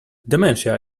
dementia